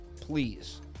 please